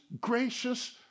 gracious